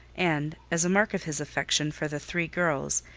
and, as a mark of his affection for the three girls,